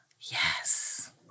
Yes